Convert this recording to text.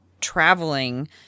traveling